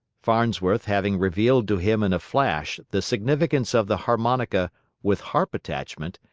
farnsworth, having revealed to him in a flash the significance of the harmonica with harp attachment,